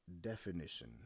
definition